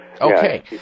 Okay